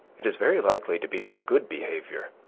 it is very likely to be my good behavior.